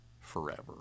forever